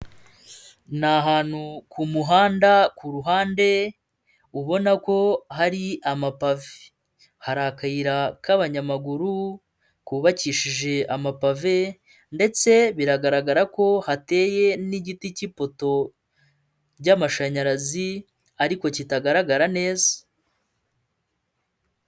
Ni ahantu ku muhanda ku ruhande ubona ko hari amapave hari akayira k'abanyamaguru kubakishije amapave ndetse biragaragara ko hateye n'igiti cy'ipoto ry'amashanyarazi ariko kitagaragara neza.